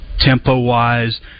Tempo-wise